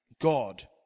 God